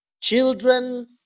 Children